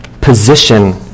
position